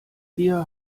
hier